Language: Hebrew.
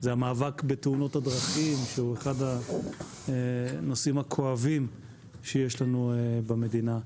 זה המאבק בתאונות הדרכים שהוא אחד הנושאים הכואבים שיש לנו במדינה.